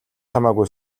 хамаагүй